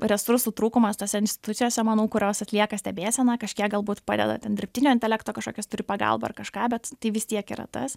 resursų trūkumas tose institucijose manau kurios atlieka stebėseną kažkiek galbūt padeda ten dirbtinio intelekto kažkokias turi pagalbą ar kažką bet tai vis tiek yra tas